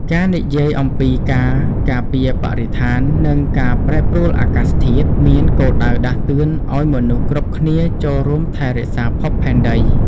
ការនិយាយអំពី ការការពារបរិស្ថាន និងការប្រែប្រួលអាកាសធាតុ មានគោលដៅដាស់តឿនឱ្យមនុស្សគ្រប់គ្នាចូលរួមថែរក្សាភពផែនដី។